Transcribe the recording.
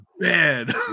bad